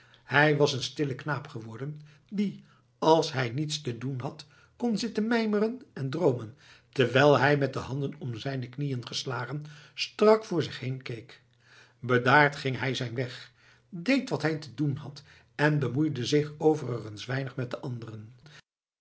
hij was een stille knaap geworden die als hij niets te doen had kon zitten mijmeren en droomen terwijl hij met de handen om zijne knieën geslagen strak voor zich heen keek bedaard ging hij zijn weg deed wat hij te doen had en bemoeide zich overigens weinig met de anderen